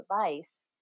device